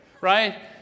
Right